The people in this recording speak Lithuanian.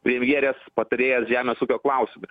premjerės patarėjas žemės ūkio klausimais